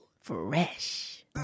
Fresh